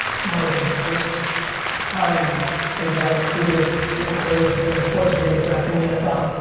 tomorrow's the first time kids i recruited and closed vaynersports are gonna get drafted in the nfl.